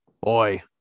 Boy